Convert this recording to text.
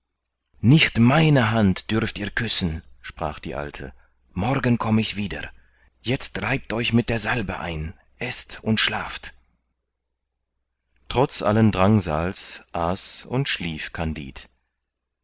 nicht meine hand dürft ihr küssen sprach die alte morgen komm ich wieder jetzt reibt euch mit der salbe ein eßt und schlaft trotz allen drangsals aß und schlief kandid